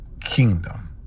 kingdom